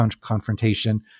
confrontation